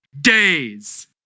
days